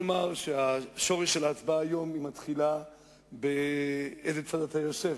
שורש ההצבעה היום מתחיל בשאלה באיזה צד אתה יושב,